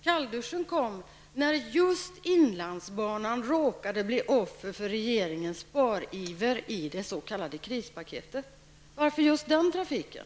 Kallduschen när just inlandsbanan råkade bli offer för regeringens spariver i det s.k. krispaketet. Varför just den trafiken?